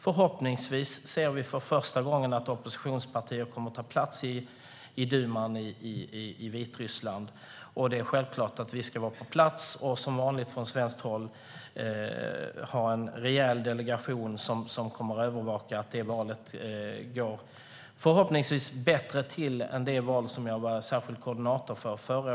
Förhoppningsvis ser vi för första gången att oppositionspartier kommer att ta plats i duman i Vitryssland. Det är självklart att vi ska vara på plats och som vanligt från svenskt håll ha en rejäl delegation som kommer att övervaka att detta val förhoppningsvis går bättre till än förra valet, som jag var särskild koordinator för.